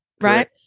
right